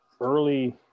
Early